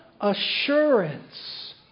assurance